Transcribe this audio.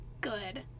good